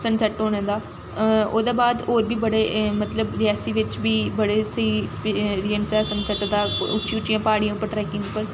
sun set होने दा ओह्दे बाद होर बी बड़े मतलब रियासी बिच्च बी बड़े स्हेई एक्स एरिये न सन सैट्ट दा उच्ची उच्ची प्हाड़ियां पर ट्रैकिंग पर